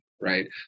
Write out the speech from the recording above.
right